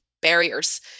barriers